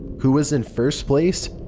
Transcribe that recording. who was in first place?